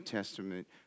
Testament